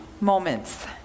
moments